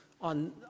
on